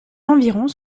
environs